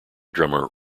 drummer